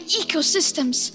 ecosystems